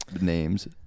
names